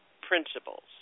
principles